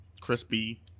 crispy